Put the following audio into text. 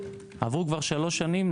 עברו כבר שלוש שנים,